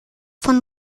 von